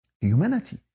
humanity